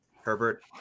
Herbert